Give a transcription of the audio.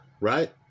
right